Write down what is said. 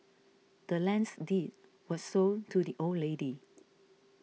the land's deed was sold to the old lady